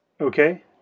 okay